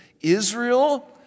Israel